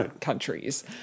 countries